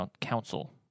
council